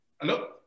Hello